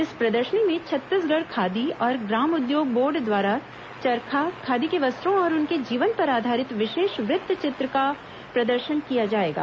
इस प्रदर्शनी में छत्तीसगढ़ खादी और ग्राम उद्योग बोर्ड द्वारा चरखा खादी के वस्त्रों और उनके जीवन पर आधारित विशेष वृत्त चित्र का प्रदर्शन किया जाएगा